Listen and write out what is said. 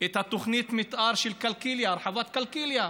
את תוכנית המתאר של קלקיליה, הרחבת קלקיליה,